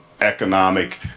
economic